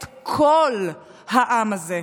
את כל העם הזה,